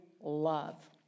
love